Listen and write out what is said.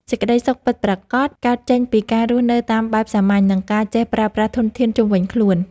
សេចក្តីសុខពិតប្រាកដកើតចេញពីការរស់នៅតាមបែបសាមញ្ញ និងការចេះប្រើប្រាស់ធនធានជុំវិញខ្លួន។